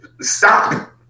stop